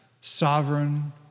sovereign